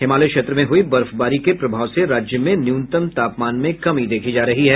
हिमालय क्षेत्र में हुई बर्फबारी के प्रभाव से राज्य में न्यूनतम तापमान में कमी देखी जा रही है